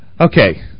Okay